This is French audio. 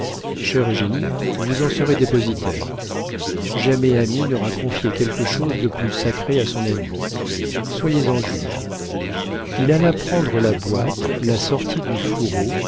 eugénie vous en serez dépositaire jamais ami n'aura confié quelque chose de plus sacré à son ami soyez-en juge il alla prendre la boîte la sortit du fourreau